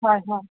হয় হয়